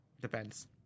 Depends